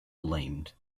blamed